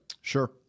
Sure